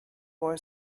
boy